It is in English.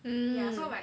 mmhmm